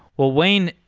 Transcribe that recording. well wayne,